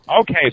Okay